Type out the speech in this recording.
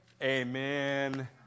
Amen